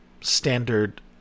standard